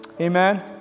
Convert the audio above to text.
Amen